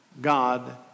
God